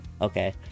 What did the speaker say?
Okay